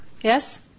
Yes